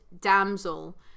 damsel